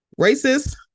racist